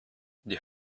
die